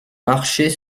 marcher